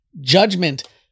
judgment